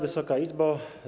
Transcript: Wysoka Izbo!